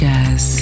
Jazz